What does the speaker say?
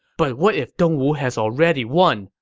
but what if dongwu has already won?